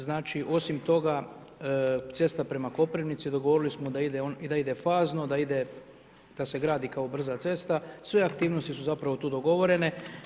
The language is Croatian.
Znači osim toga cesta prema Koprivnici, dogovorili smo da ide fazno, da se gradi kao brza cesta, sve aktivnosti su zapravo tu dogovorene.